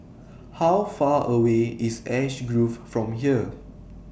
How Far away IS Ash Grove from here